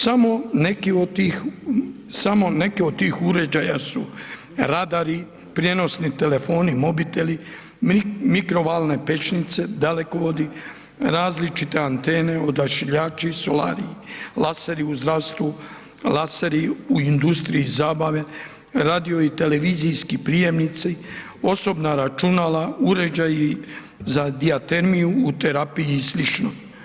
Samo neki od tih uređaja su radari, prijenosni telefoni, mobiteli, mikrovalne pećnice, dalekovodi, različite antene, odašiljači, solari, laseri u zdravstvu, laseri u industriji zabave, radio i televizijski prijemnici, osobna računala, uređaji za dijatermiju u terapiji i sl.